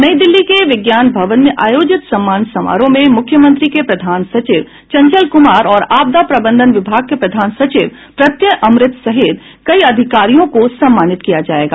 नई दिल्ली के विज्ञान भवन में आयोजित सम्मान समारोह में मुख्यमंत्री के प्रधान सचिव चंचल कुमार और आपदा प्रबंधन विभाग के प्रधान सचिव प्रत्यय अमृत सहित कई अधिकारियों को सम्मानित किया जायेगा